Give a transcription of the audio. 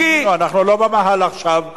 אנחנו לא במאהל עכשיו.